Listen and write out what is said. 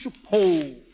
suppose